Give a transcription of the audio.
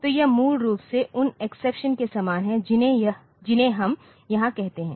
तो यह मूल रूप से उन एक्सेप्शन के समान है जिन्हें हम यहां कहते हैं